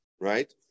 right